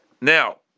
Now